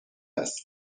است